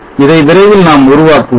இதை விரைவில் நாம் உருவாக்குவோம்